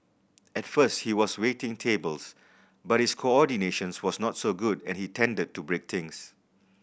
at first he was waiting tables but his coordination was not so good and he tended to break things